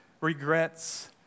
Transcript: regrets